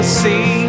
see